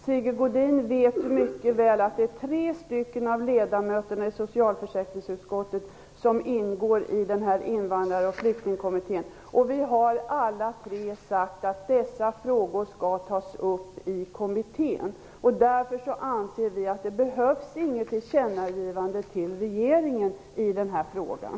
Sigge Godin vet mycket väl att tre av ledamöterna i socialförsäkringsutskottet ingår i Invandrar och flyktingkommittén. Vi har alla tre sagt att dessa frågor skall tas upp till diskussion i kommittén. Därför anser vi att det inte behövs något tillkännagivande till regeringen i frågan.